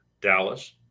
Dallas